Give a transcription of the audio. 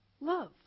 love